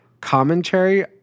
commentary